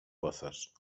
pozos